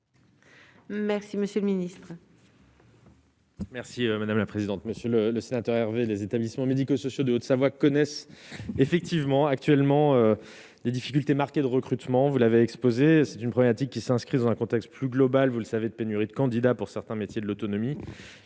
Merci monsieur le ministre.